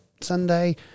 Sunday